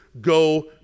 Go